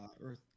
Earth